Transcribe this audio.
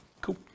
Cool